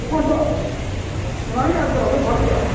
ꯄꯣꯔꯣꯝꯄꯥꯠ ꯈꯣꯡꯅꯥꯡ ꯑꯅꯤ ꯀꯥꯔꯛꯇꯔꯣ ꯅꯣꯏ ꯐꯝꯃꯤꯗꯣ